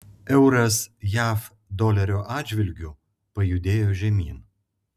euras jav dolerio atžvilgiu pajudėjo žemyn